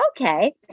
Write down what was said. Okay